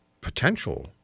potential